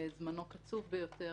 זמנו קצוב ביותר,